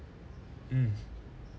mm